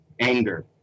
anger